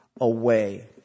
away